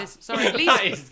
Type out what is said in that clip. Sorry